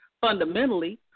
fundamentally